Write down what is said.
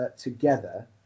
together